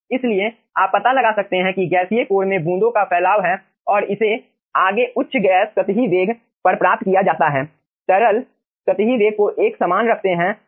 इसलिए आप पता लगा सकते हैं गैसीय कोर में बूंदों का फैलाव है और इसे आगे उच्च गैस सतही वेग पर प्राप्त किया जाता है तरल सतही वेग को एक समान रखते हुए